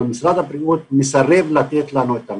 אבל משרד הבריאות מסרב לתת לנו את הנתונים.